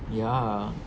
ya